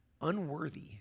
unworthy